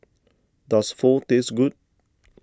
does Pho taste good